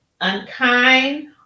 unkind